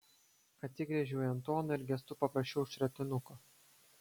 atsigręžiau į antoną ir gestu paprašiau šratinuko